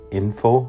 info